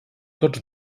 tots